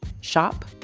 shop